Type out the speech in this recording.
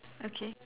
okay